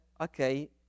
okay